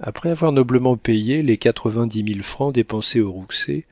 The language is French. après avoir noblement payé les quatre-vingt-dix mille francs dépensés aux rouxey